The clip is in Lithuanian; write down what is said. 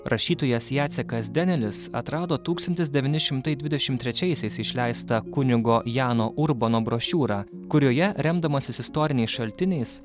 rašytojas jacekas denelis atrado tūkstantis devyni šimtai dvidešimt trečiaisiais išleistą kunigo jano urbono brošiūrą kurioje remdamasis istoriniais šaltiniais